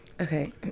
Okay